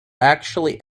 actually